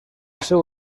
seu